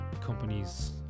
companies